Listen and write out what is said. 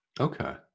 Okay